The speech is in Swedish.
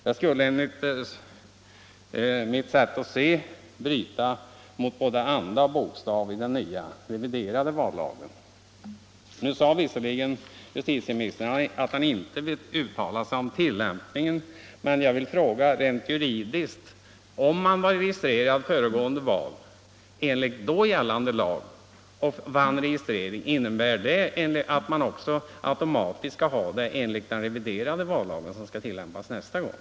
Det skulle enligt mitt sätt att se bryta mot både anda och bokstav i den nya, reviderade vallagen. Nu sade visserligen justitieministern att han inte vill uttala sig om tillämpningen, men jag vill ställa en rent juridisk fråga: Om man vid föregående val enligt då gällande lag fick en partibeteckning registrerad, innebär det då att man automatiskt skall få samma partibeteckning registrerad enligt den reviderade vallagen som skall tillämpas nästa gång?